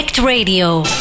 Radio